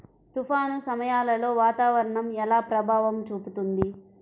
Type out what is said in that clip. తుఫాను సమయాలలో వాతావరణం ఎలా ప్రభావం చూపుతుంది?